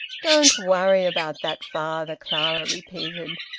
don't worry about that, father, clara repeated.